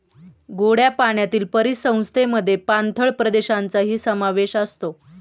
गोड्या पाण्यातील परिसंस्थेमध्ये पाणथळ प्रदेशांचाही समावेश असतो